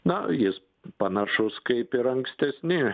na jis panašus kaip ir ankstesni